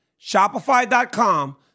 Shopify.com